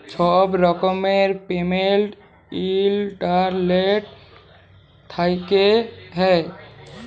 ছব রকমের payment internet থ্যাইকে হ্যয়